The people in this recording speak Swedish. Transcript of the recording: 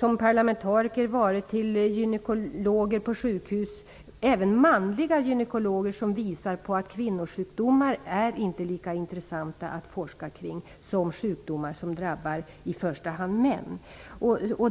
Som parlamentariker har vi träffat gynekologer på sjukhus, även manliga, som visar på att kvinnosjukdomar inte är lika intressanta att forska kring som sjukdomar som drabbar i första hand män.